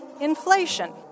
inflation